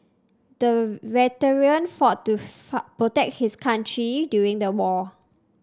the veteran fought to protect his country during the war